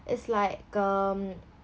it's like um